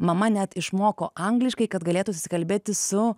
mama net išmoko angliškai kad galėtų susikalbėti su